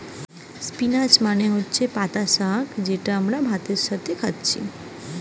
spinach মানে হতিছে পাতা শাক যেটা আমরা ভাতের সাথে খাইতেছি